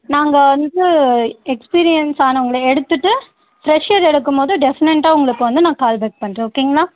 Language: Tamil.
நாங்கள் வந்து எ எக்ஸ்பீரியன்ஸ் ஆனவங்களை எடுத்துவிட்டு ஃப்ரெஷ்ஷர் எடுக்கும்போது டெஃபனட்டாக உங்களுக்கு வந்த நான் கால் பேக் பண்ணுறேன் ஓகேங்களா